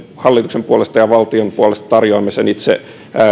hallituksen puolesta ja valtion puolesta tarjoamme itse